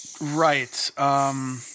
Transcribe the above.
Right